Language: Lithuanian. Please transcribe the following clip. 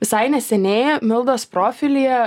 visai neseniai mildos profilyje